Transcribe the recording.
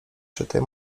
czytaj